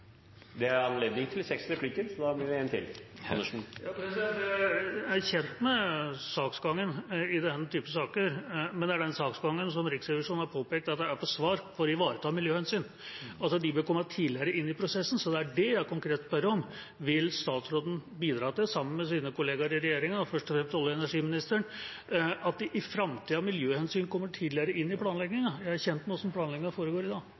Jeg er kjent med saksgangen i denne typen saker, men det er den saksbehandlingen som Riksrevisjonen har påpekt er for svak til å ivareta miljøhensyn, altså at de bør komme tidligere inn i prosessen, jeg konkret spør om. Vil statsråden sammen med sine kolleger i regjeringa – først og fremst olje- og energiministeren – bidra til at miljøhensyn i framtida kommer tidligere inn i planleggingen? Jeg er kjent med hvordan planleggingen foregår i dag.